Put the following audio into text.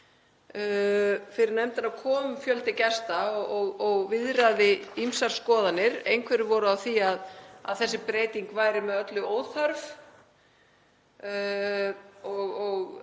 Fyrir nefndina kom fjöldi gesta og viðraði ýmsar skoðanir. Einhverjir voru á því að þessi breyting væri með öllu óþörf og það